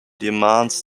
demands